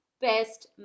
best